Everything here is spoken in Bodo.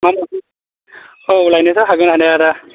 माबायदि औ लायनोथ' हागोन हानाया दा